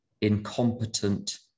incompetent